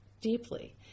deeply